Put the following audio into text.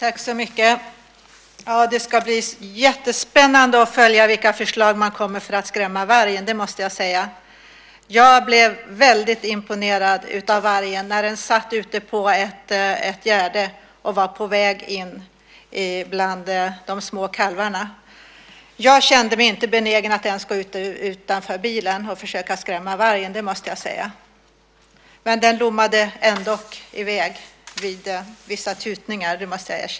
Herr talman! Det ska bli jättespännande att följa vilka förslag man kommer med för att skrämma vargen. Jag blev väldigt imponerad av vargen när den satt ute på ett gärde och var på väg in bland de små kalvarna. Jag var inte benägen att gå utanför bilen och försöka skrämma vargen, det måste jag säga. Den lommade i väg efter visst tutande, måste jag erkänna.